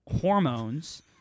hormones